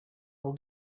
will